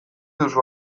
duzu